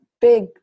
big